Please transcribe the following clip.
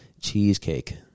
cheesecake